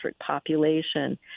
population